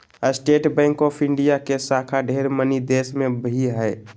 state bank of India के शाखा ढेर मनी देश मे भी हय